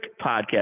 podcast